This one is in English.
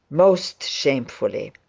most shamefully.